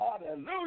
Hallelujah